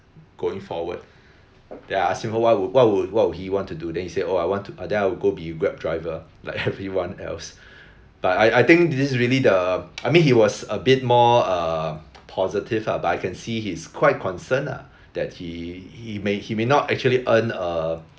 going forward then I ask him what would what would what would he want to do then he said oh I want to then I will go be grab driver like everyone else but I I think this is really the I mean he was a bit more err positive lah but I can see he's quite concerned lah that he he may he may not actually earn a